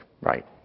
right